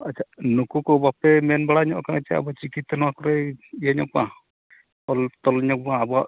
ᱟᱪᱪᱷᱟ ᱱᱩᱠᱩ ᱠᱚ ᱵᱟᱯᱮ ᱢᱮᱱ ᱵᱟᱲᱟ ᱧᱚᱜ ᱠᱟᱱᱟ ᱟᱵᱚ ᱱᱚᱣᱟ ᱠᱚᱨᱮᱜ ᱪᱤᱠᱤᱛᱮ ᱱᱚᱣᱟ ᱠᱚᱨᱮᱜ ᱜᱮ ᱱᱚᱝᱠᱟ ᱚᱞ ᱛᱚᱞ ᱧᱚᱜᱽ ᱢᱟ ᱟᱵᱚᱣᱟᱜ